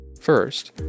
First